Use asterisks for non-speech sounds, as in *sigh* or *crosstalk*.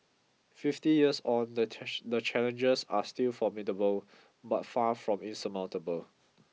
fifty years on the *unintelligible* the challenges are still formidable but far from insurmountable